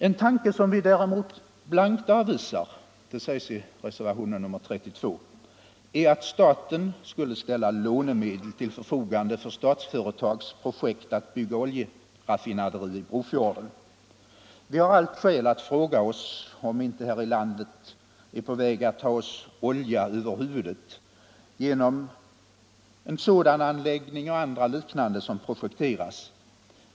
En tanke som vi däremot blankt avvisar — det sker i reservationen 32 — är att staten ställer lånemedel till förfogande för Statsföretags projekt att bygga ett oljeraffinaderi i Brofjorden. Vi har allt skäl att fråga oss om vi inte här i landet är på väg att ta oss olja över huvudet genom en sådan anläggning och andra liknande som projekteras.